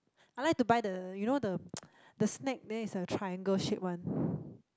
I like to buy the you know the the snack there is a triangle shape one